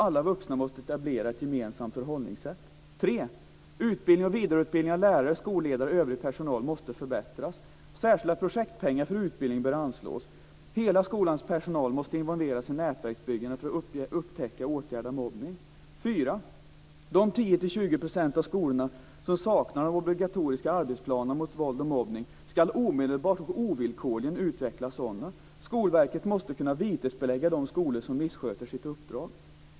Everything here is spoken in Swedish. Alla vuxna måste etablera ett gemensamt förhållningssätt. 3. Utbildning och vidareutbildning av lärare, skolledare och övrig personal måste förbättras. Särskilda projektpengar för utbildning bör anslås. Hela skolans personal måste involveras i nätverksbyggande för att upptäcka och åtgärda mobbning. 4. De 10-20 % av skolorna som saknar obligatoriska arbetsplaner mot våld och mobbning ska omedelbart och ovillkorligen utveckla sådana. Skolverket måste kunna vitesbelägga de skolor som missköter sitt uppdrag.